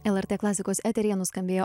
lrt klasikos eteryje nuskambėjo